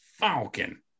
falcon